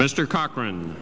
mr cochran